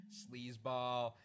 sleazeball